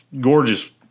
gorgeous